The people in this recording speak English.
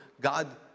God